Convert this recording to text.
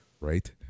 Right